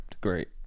great